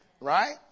Right